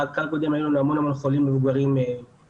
בגל הקודם היו לנו המון המון חולים מבוגרים מאושפזים,